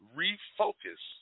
refocus